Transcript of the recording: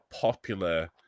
popular